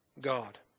God